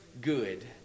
good